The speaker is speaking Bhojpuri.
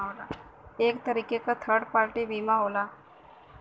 एक तरीके क थर्ड पार्टी बीमा होला